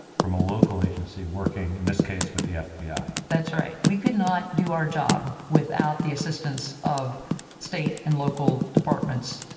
from a local agency working in this case with the fbi. that's right. we could not do our job without the assistance of state and local departments,